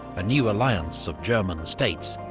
a new alliance of german states,